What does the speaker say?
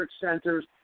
centers